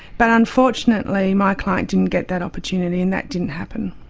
but unfortunately my client didn't get that opportunity and that didn't happen.